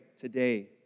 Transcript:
today